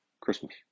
christmas